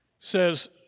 says